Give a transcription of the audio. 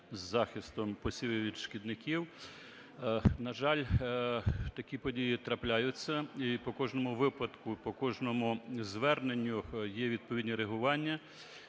з захистом посівів від шкідників, на жаль, такі події трапляються. І по кожному випадку, по кожному зверненню є відповідні реагування,